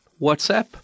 WhatsApp